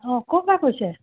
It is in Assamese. অ ক'ৰ পৰা কৈছে